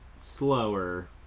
slower